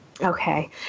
Okay